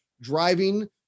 driving